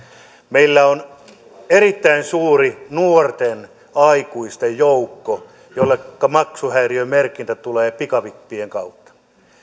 meillä on erittäin suuri nuorten aikuisten joukko jolleka maksuhäiriömerkintä tulee pikavippien kautta